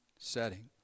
setting